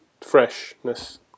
freshness